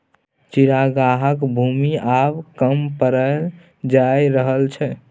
चरागाहक भूमि आब कम पड़ल जा रहल छै